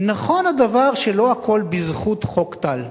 נכון הדבר שלא הכול בזכות חוק טל,